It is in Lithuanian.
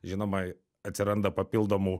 žinoma atsiranda papildomų